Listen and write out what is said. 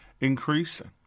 increasing